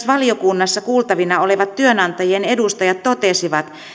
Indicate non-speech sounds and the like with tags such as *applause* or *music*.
*unintelligible* valiokunnassa kuultavina olevat työantajien edustajat totesivat